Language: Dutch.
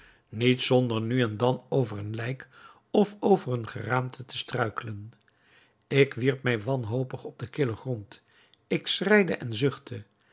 niet zonder nu en dan over een lijk of over eene geraamte te struikelen ik wierp mij wanhopig op den killen grond ik schreide en zuchtte